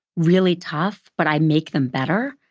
really tough, but i make them better.